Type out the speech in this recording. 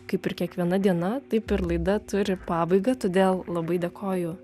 kaip ir kiekviena diena taip ir laida turi pabaigą todėl labai dėkoju